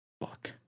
Fuck